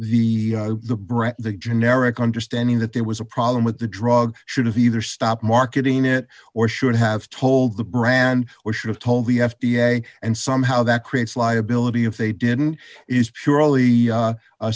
bread the generic understanding that there was a problem with the drug should have either stop marketing it or should have told the brand or should have told the f d a and somehow that creates liability if they didn't is purely